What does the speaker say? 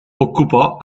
occupò